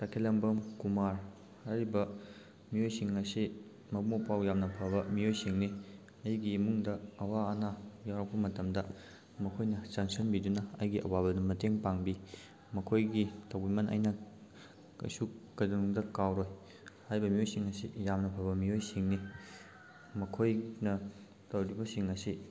ꯇꯈꯦꯜꯂꯝꯕꯝ ꯀꯨꯃꯥꯔ ꯍꯥꯏꯔꯤꯕ ꯃꯤꯑꯣꯏꯁꯤꯡ ꯑꯁꯤ ꯃꯕꯨꯛ ꯃꯄꯥꯎ ꯌꯥꯝꯅ ꯐꯕ ꯃꯤꯑꯣꯏꯁꯤꯡꯅꯤ ꯑꯩꯒꯤ ꯏꯃꯨꯡꯗ ꯑꯋꯥ ꯑꯅꯥ ꯌꯥꯎꯔꯛꯄ ꯃꯇꯝꯗ ꯃꯈꯣꯏꯅ ꯆꯪꯁꯤꯟꯕꯤꯗꯨꯅ ꯑꯩꯒꯤ ꯑꯋꯥꯕꯗ ꯃꯇꯦꯡ ꯄꯥꯡꯕꯤ ꯃꯈꯣꯏꯒꯤ ꯇꯧꯕꯤꯃꯜ ꯑꯩꯅ ꯀꯩꯁꯨ ꯀꯩꯗꯧꯅꯨꯡꯗ ꯀꯥꯎꯔꯣꯏ ꯍꯥꯏꯔꯤꯕ ꯃꯤꯑꯣꯏꯁꯤꯡ ꯑꯁꯤ ꯌꯥꯝꯅ ꯐꯕ ꯃꯤꯑꯣꯏꯁꯤꯡꯅꯤ ꯃꯈꯣꯏꯅ ꯇꯧꯔꯤꯕꯁꯤꯡ ꯑꯁꯤ